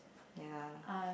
ya